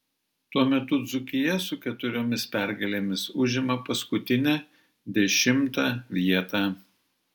tuo metu dzūkija su keturiomis pergalėmis užima paskutinę dešimtą vietą